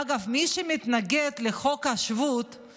אגב, מי שהתנגד לחוק השבות הוא